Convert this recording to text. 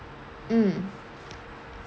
mm